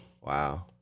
Wow